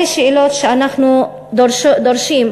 אלה שאלות שאנחנו דורשים,